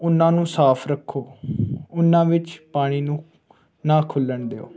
ਉਹਨਾਂ ਨੂੰ ਸਾਫ ਰੱਖੋ ਉਹਨਾਂ ਵਿੱਚ ਪਾਣੀ ਨੂੰ ਨਾ ਖੁੱਲ੍ਹਣ ਦਿਓ